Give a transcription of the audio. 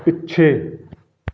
ਪਿੱਛੇ